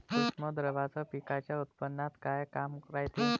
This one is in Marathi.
सूक्ष्म द्रव्याचं पिकाच्या उत्पन्नात का काम रायते?